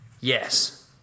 Yes